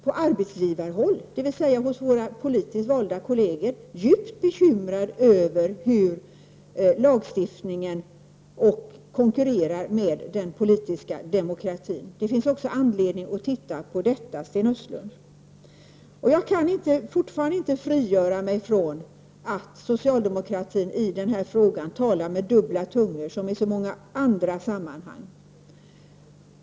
På arbetsgivarhåll, dvs. hos våra politiskt valda kolleger, är man djupt bekymrad över hur lagstiftningen konkurrerar med den politiska demokratin. Det finns också anledning att titta på detta, Sten Östlund. Jag kan fortfarande inte frigöra mig från att socialdemokratin talar med dubbla tungor i den här frågan liksom i så många andra sammanhang.